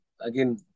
again